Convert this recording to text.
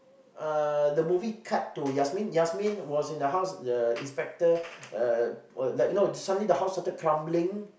uh the movie cut to Yasmin Yasmin was in the house the inspector uh like no the suddenly the house started crumbling